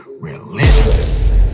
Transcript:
relentless